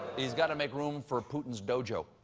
he's got to make room for putin's d o j. o